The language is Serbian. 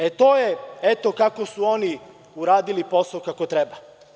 Eto kako su oni uradili posao kako treba.